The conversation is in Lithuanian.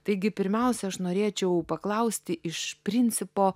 taigi pirmiausia aš norėčiau paklausti iš principo